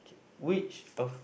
which of